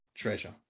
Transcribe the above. treasure